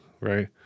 right